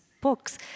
books